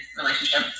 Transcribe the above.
relationship